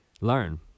learn